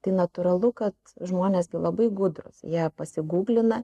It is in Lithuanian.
tai natūralu kad žmonės labai gudrūs jie pasigūglina